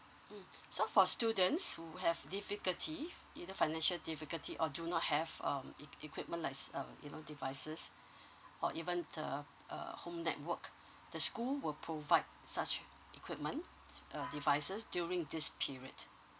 mm so for students who have difficulty either financial difficulty or do not have um equipment likes um devices or even the uh home network the school will provide such equipment err devices during this period